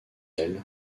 ailes